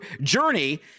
journey